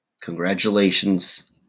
Congratulations